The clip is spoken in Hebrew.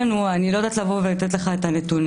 אני לא יודעת לתת לך את הנתונים,